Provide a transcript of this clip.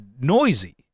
noisy